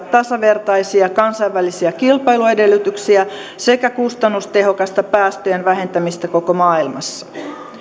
tasavertaisia kansainvälisiä kilpailuedellytyksiä sekä kustannustehokasta päästöjen vähentämistä koko maailmassa